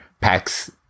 packs